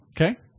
Okay